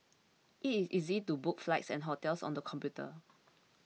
it is easy to book flights and hotels on the computer